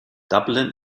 dublin